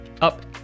up